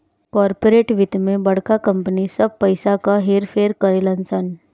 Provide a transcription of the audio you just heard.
corporate वित्त मे बड़का कंपनी सब पइसा क हेर फेर करेलन सन